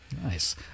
Nice